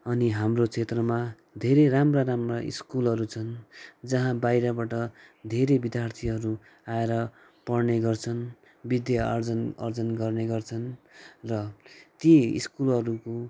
अनि हाम्रो क्षेत्रमा धेरै राम्रा राम्रा स्कुलहरू छन् जहाँ बाहिरबाट धेरै विद्यार्थीहरू आएर पढ्ने गर्छन् विद्याआर्जन अर्जन गर्ने गर्छन् र ती स्कुलहरूको